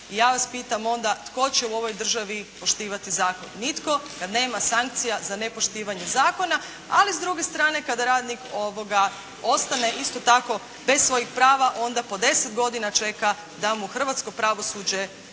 i ja vas pitam onda tko će u ovoj državi poštivati zakon, nitko kada nema sankcija za nepoštivanje zakona. Ali s druge strane kada radnik ostane, isto tako bez svojih prava onda po 10 godina čeka da mu hrvatsko pravosuđe